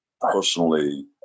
personally